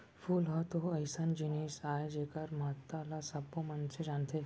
फूल ह तो अइसन जिनिस अय जेकर महत्ता ल सबो मनसे जानथें